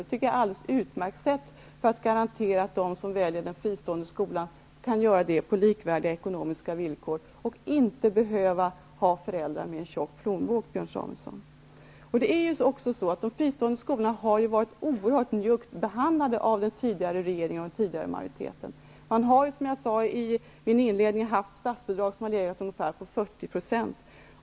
Det tycker jag är ett alldeles utmärkt sätt för att garantera att de som väljer den fristående skolan kan göra det på likvärdiga ekonomiska villkor och inte behöva ha föräldrar med en tjock plånbok, De fristående skolorna har ju varit oerhört njuggt behandlade av den tidigare regeringen och den tidigare majoriteten. Som jag sade i min inledning har de haft statsbidrag som legat på ungefär 40 %.